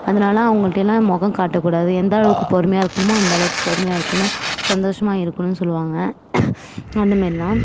அதனால் அவங்கள்ட்டெல்லாம் முகங்காட்டக் கூடாது எந்தளவுக்கு பொறுமையாக இருக்கணுமோ அந்த அளவுக்கு பொறுமையாக இருக்கணும் சந்தோஷமாக இருக்கணும்ன்னு சொல்லுவாங்க அந்த மேரி தான்